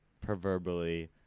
proverbially